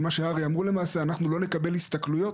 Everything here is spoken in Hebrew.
אבל מה שהר"י אמרו למעשה זה שהם לא יקבלו הסתכלויות,